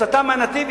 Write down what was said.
סטה מהנתיב,